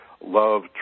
Love